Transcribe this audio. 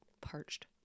parched